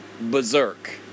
berserk